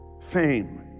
fame